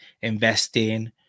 investing